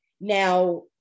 now